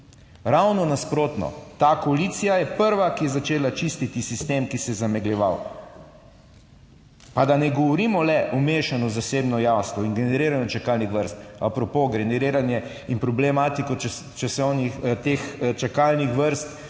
Ravno nasprotno. Ta koalicija je prva, ki je začela čistiti sistem, ki se je zamegljeval. Pa da ne govorimo le o mešanju zasebno jamstvo in generiranje čakalnih vrst, a propo generiranje in problematiko časovnih,